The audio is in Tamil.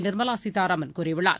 நிர்மலாசீதாராமன் கூறியுள்ளார்